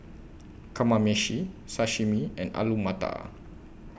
Kamameshi Sashimi and Alu Matar